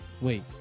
Wait